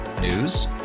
News